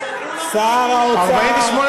לכת, חברת הכנסת.